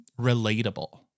relatable